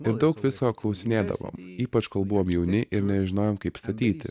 ir daug visko klausinėdavom ypač kol buvom jauni ir nežinojom kaip statyti